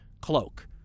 cloak